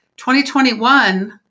2021